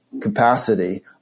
capacity